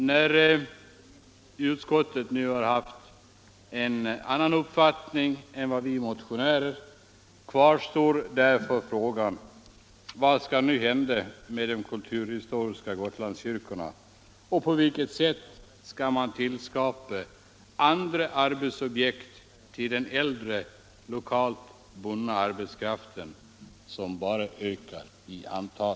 När utskottet sålunda har haft en annan uppfattning än vi motionärer kvarstår frågan: Vad skall nu hända med de kulturpolitiska Gotlandskyrkorna och på vilket sätt skall man tillskapa andra arbetsobjekt för den äldre, lokalt bundna arbetskraften, som bara ökar i antal?